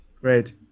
Great